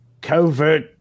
Covert